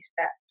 steps